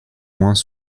moins